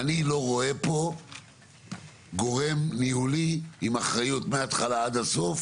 אני לא רואה פה גורם ניהולי עם אחריות מהתחלה עד הסוף